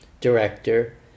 director